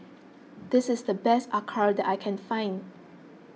this is the best Acar that I can find